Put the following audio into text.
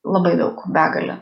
labai daug begalė